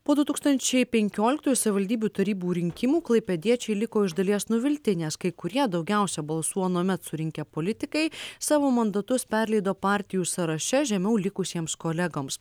po du tūkstančiai penkioliktųjų savivaldybių tarybų rinkimų klaipėdiečiai liko iš dalies nuvilti nes kai kurie daugiausia balsų anuomet surinkę politikai savo mandatus perleido partijų sąraše žemiau likusiems kolegoms